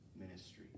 ministry